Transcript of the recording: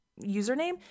username